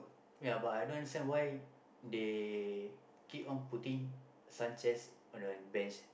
ya but I don't understand why they keep on putting sun chairs on the bench